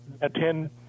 attend